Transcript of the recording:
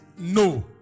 no